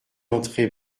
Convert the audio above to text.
entrer